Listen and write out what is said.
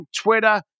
Twitter